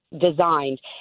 designed